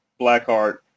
Blackheart